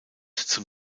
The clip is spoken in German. zum